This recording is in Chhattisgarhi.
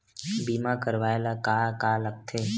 बीमा करवाय ला का का लगथे?